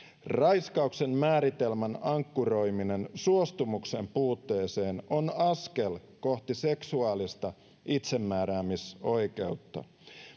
raiskauksen määritelmän ankkuroiminen suostumuksen puutteeseen on askel kohti seksuaalista itsemääräämisoikeutta